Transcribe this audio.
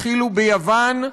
התחילו ביוון,